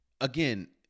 again